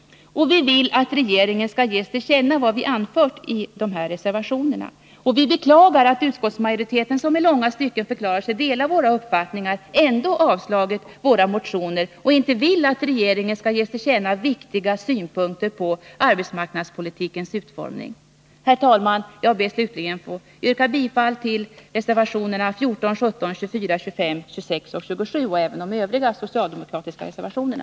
Vi vill att regeringen skall ges till känna vad vi anfört i dessa reservationer. Vi beklagar att utskottsmajoriteten, som i långa stycken förklarar sig dela våra uppfattningar, ändå avslagit våra motioner och inte vill att regeringen skall ges till känna viktiga synpunkter på arbetsmarknadspolitikens utformning. Herr talman! Jag ber slutligen att få yrka bifall till våra reservationer 14, 17, 24, 25, 26 och 27 liksom till de övriga socialdemokratiska reservationerna.